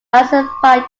classified